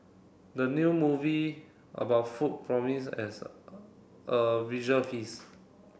the new movie about food promise as a visual feast